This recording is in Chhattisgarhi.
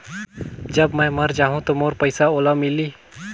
जब मै मर जाहूं तो मोर पइसा ओला मिली?